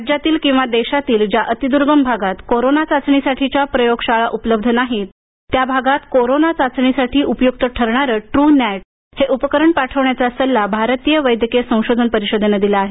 राज्यातील किंवा देशातील ज्या अतिद्र्गम भागात कोरोना चाचणीसाठीच्या प्रयोगशाळा उपलब्ध नाहीत त्या भागात कोरोना चाचणीसाठी उपयुक्त ठरणारे ट्र नॅट हे उपकरण पाठवण्याचा सल्ला भारतीय वैद्यकीय संशोधन परिषदेनं दिला आहे